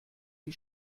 die